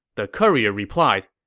the courier replied,